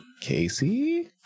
Casey